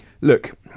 look